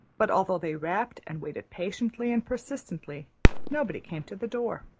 but although they rapped and waited patiently and persistently nobody came to the door.